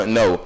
no